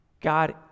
God